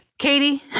Katie